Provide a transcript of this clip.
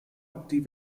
die